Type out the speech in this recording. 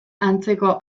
antzeko